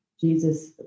Jesus